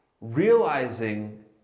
realizing